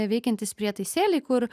veikiantys prietaisėliai kur